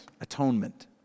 atonement